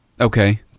Okay